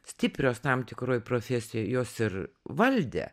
stiprios tam tikroj profesijoj jos ir valdė